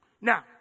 Now